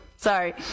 Sorry